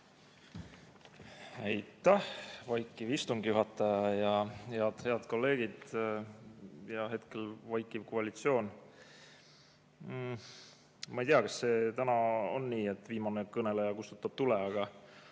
Aitäh, vaikiv istungi juhataja! Ja head kolleegid ja hetkel vaikiv koalitsioon! Ma ei tea, kas täna on nii, et viimane kõneleja kustutab tule, aga